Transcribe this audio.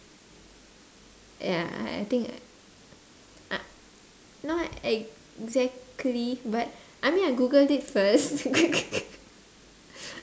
yeah I think uh not exactly but I mean I googled it first